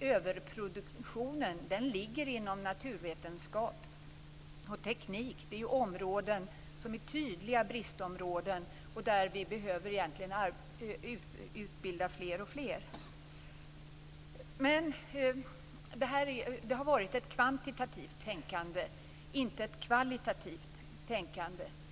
överproduktionen ligger inom naturvetenskap och teknik, vilket är tydliga bristområden där vi egentligen behöver utbilda fler och fler. Men det har varit ett kvantitativt tänkande, inte ett kvalitativt tänkande.